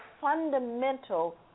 fundamental